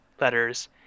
letters